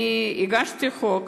אני הגשתי הצעת חוק,